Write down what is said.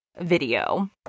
video